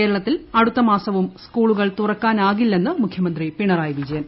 കേരളത്തിൽ അടുത്ത മാസവും സ്കൂളുകൾ തുറക്കാനാകില്ലെന്ന് മുഖ്യമന്ത്രി പിണറായി വിജയൻ